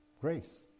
Grace